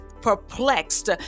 perplexed